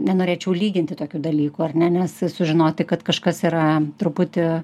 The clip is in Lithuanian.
nenorėčiau lyginti tokių dalykų ar ne nes sužinoti kad kažkas yra truputį